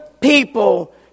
people